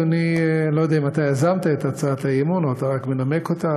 אדוני אני לא יודע אם אתה יזמת את הצעת האי-אמון או שאתה רק מנמק אותה,